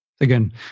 again